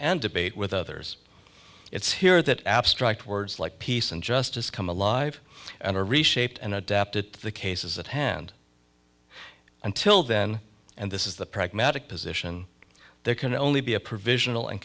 and debate with others it's here that abstract words like peace and justice come alive and are reshaped and adapted to the cases at hand until then and this is the pragmatic position there can only be a provisional